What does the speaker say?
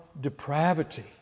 depravity